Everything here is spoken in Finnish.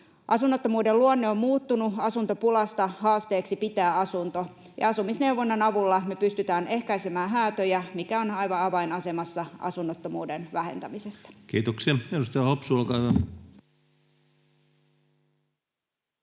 Asunnottomuuden luonne on muuttunut asuntopulasta haasteeksi pitää asunto, ja asumisneuvonnan avulla pystytään ehkäisemään häätöjä, mikä on aivan avainasemassa asunnottomuuden vähentämisessä. [Speech